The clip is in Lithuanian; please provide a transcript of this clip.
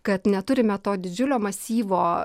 kad neturime to didžiulio masyvo